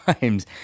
times